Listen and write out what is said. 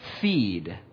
feed